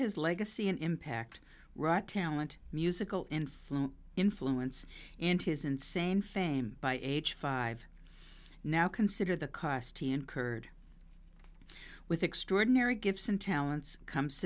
his legacy and impact raw talent musical influence influence into his insane fame by age five now consider the cost he incurred with extraordinary gifts and talents come